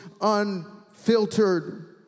unfiltered